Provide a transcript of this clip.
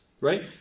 right